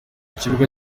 kibuga